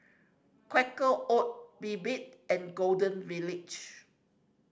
Quaker Oat Bebe and Golden Village